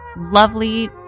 lovely